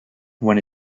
when